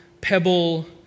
pebble